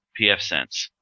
PFSense